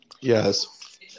yes